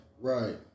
right